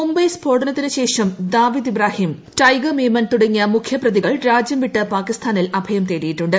മുംബൈ സ്ഫോടനത്തിനുശേഷം ദാവിദ് ഇബ്രാഹിം ടൈഗർ മേമൻ തുടങ്ങിയ മുഖ്യ പ്രതികൾ രാജ്യം വിട്ട് പാക്കിസ്ഥാനിൽ അഭയം തേടിയിട്ടുണ്ട്